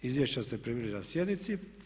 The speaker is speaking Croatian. Izvješća ste primili na sjednici.